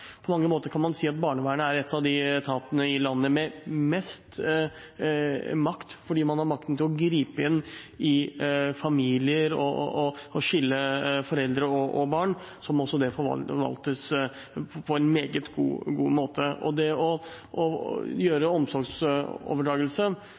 på mange måter kan man si at barnevernet er en av etatene i landet med mest makt fordi man har makten til å gripe inn i familier og skille foreldre og barn – må det forvaltes på en meget god måte. Omsorgsoverdragelse ved å